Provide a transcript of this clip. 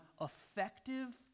effective